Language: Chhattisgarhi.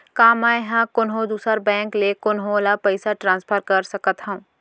का मै हा कोनहो दुसर बैंक ले कोनहो ला पईसा ट्रांसफर कर सकत हव?